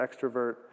extrovert